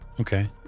Okay